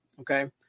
okay